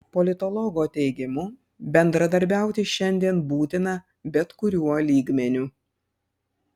politologo teigimu bendradarbiauti šiandien būtina bet kuriuo lygmeniu